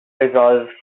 resolve